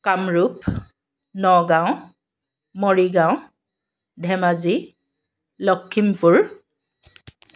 Kamrup Nagaon Morigaon Dhemaji Lakhimpur